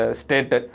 state